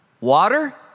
water